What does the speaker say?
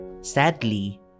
Sadly